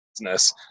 business